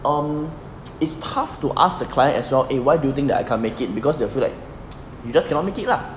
um is tough to ask the client as well eh why do you that I can't make it because they'll feel like you just cannot make it lah